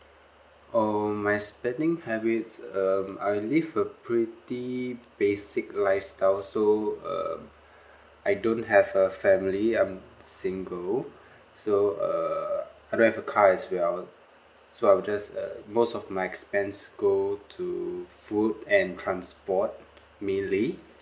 oh my spending habits um I live a pretty basic lifestyle so uh I don't have a family I'm single so uh I don't have a car as well so I'll just uh most of my expense go to food and transport mainly